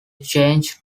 changed